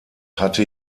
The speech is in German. hatte